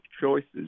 choices